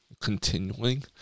continuing